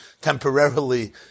temporarily